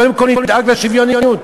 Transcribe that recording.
קודם כול נדאג לשוויוניות.